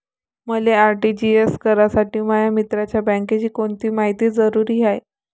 मले आर.टी.जी.एस करासाठी माया मित्राच्या बँकेची कोनची मायती जरुरी हाय?